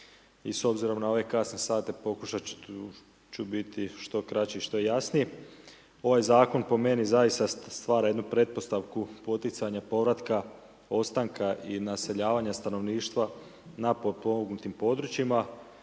i s obzirom na ove kasne sate pokušati ću biti što kraći i što jasniji. Ovaj zakon po meni zaista stvara jednu pretpostavku poticanja povratka ostanka i naseljavanja stanovništva na potpomognutim područjima